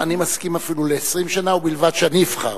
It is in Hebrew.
אני מסכים אפילו ל-20 שנה, ובלבד שאני אבחר.